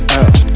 out